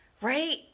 right